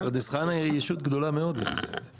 -- פרדס חנה היא רשות גדולה מאוד -- אגב,